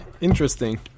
Interesting